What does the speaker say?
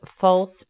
false